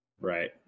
Right